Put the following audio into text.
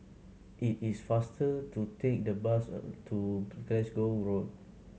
it is faster to take the bus to Glasgow Road